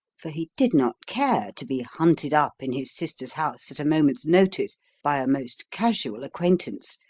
for he did not care to be hunted up in his sister's house at a moment's notice by a most casual acquaintance,